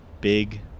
Big